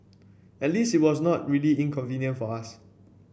at least it was not really inconvenient for us